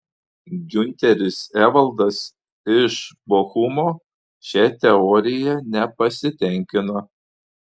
giunteris evaldas iš bochumo šia teorija nepasitenkina